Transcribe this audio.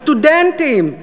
בסטודנטים,